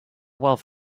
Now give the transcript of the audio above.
wealth